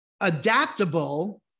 adaptable